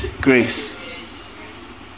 grace